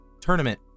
tournament